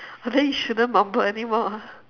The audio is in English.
ah then you shouldn't mumble anymore